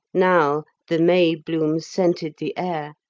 now the may bloom scented the air,